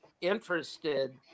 interested